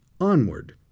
onward